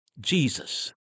Jesus